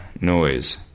noise